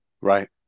Right